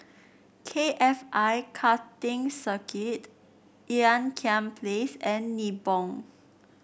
K F I Karting Circuit Ean Kiam Place and Nibong